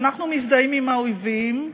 שאנחנו מזדהים עם האויבים,